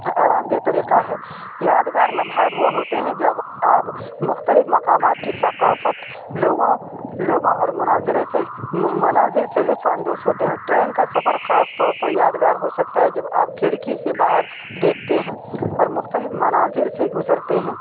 آرامدہ طریقہ ہے یادگار لمحات وہ ہوتے ہیں جب آپ مختلف مقامات کی ثقافت لوگوں لوگوں اور مناظرے سے مناظر سے لطف اندوز ہوتے ہیں ٹرین کا سفر خاص طور پر یادگار ہو سکتا ہے جب آپ کھڑکی سے باہر دیکھتے ہیں اور مختلف مناظر سے گزرتے ہیں